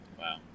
Wow